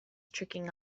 tricking